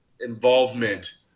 involvement